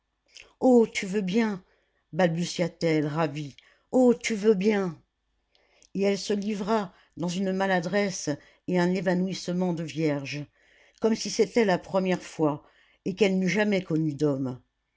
oh tu veux bien balbutia-t-elle ravie oh tu veux bien et elle se livra dans une maladresse et un évanouissement de vierge comme si c'était la première fois et qu'elle n'eût jamais connu d'homme